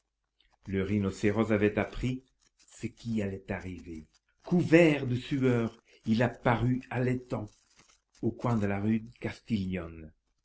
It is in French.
le rhinocéros avait appris ce qui allait arriver couvert de sueur il apparut haletant au coin de la rue castiglione